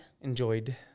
Enjoyed